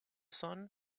sun